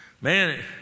man